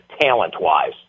talent-wise